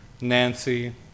Nancy